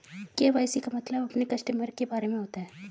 KYC का मतलब अपने कस्टमर के बारे में होता है